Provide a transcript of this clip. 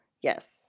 Yes